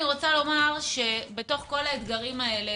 בתוך כול האתגרים האלה,